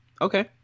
Okay